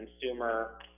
consumer